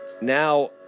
Now